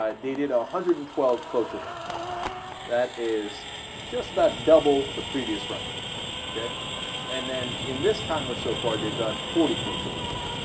ah dated a hundred and twelve cloture votes that is just that double the previous rc and then in this congress so far they've done forty cloture votes